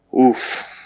Oof